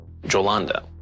Jolanda